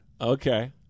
Okay